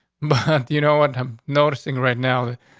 but you know what i'm noticing right now?